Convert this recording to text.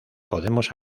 podemos